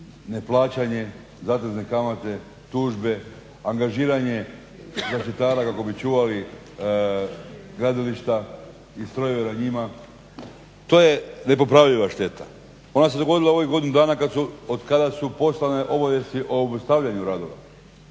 ne plaćanje, zatezne kamate, tužbe, angažiranje zaštitara kako bi čuvali gradilišta i strojeve na njima, to je nepopravljiva šteta. Ona se dogodila u ovih godinu dana od kada su poslane obavijesti o obustavljanju radova